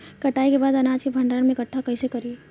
कटाई के बाद अनाज के भंडारण में इकठ्ठा कइसे करी?